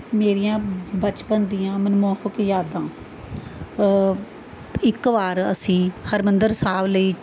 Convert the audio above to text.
ਮੇਰੀਆਂ ਬਚਪਨ ਦੀਆਂ ਮਨਮੋਹਕ ਯਾਦਾਂ ਇੱਕ ਵਾਰ ਅਸੀਂ ਹਰਿਮੰਦਰ ਸਾਹਿਬ ਲਈ